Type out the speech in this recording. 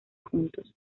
juntos